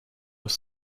were